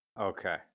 Okay